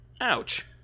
Ouch